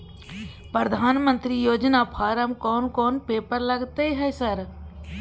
प्रधानमंत्री योजना फारम कोन कोन पेपर लगतै है सर?